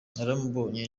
naramubonye